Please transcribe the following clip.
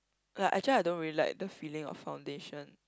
like actually I don't really like the feeling of foundation